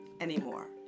anymore